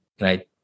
right